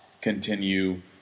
continue